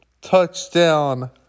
touchdown